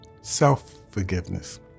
self-forgiveness